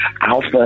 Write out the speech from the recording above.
Alpha